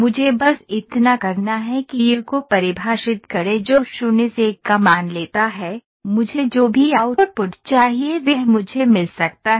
मुझे बस इतना करना है कि यू को परिभाषित करें जो 0 से 1 का मान लेता है मुझे जो भी आउटपुट चाहिए वह मुझे मिल सकता है